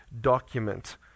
document